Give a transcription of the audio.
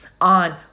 on